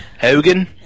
Hogan